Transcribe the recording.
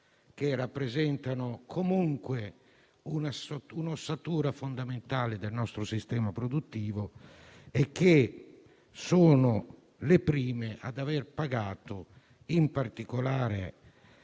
che rappresentano comunque un'ossatura fondamentale del nostro sistema produttivo e che sono le prime ad aver pagato, in particolare